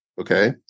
Okay